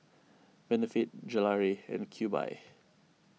Benefit Gelare and Cube I